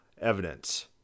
evidence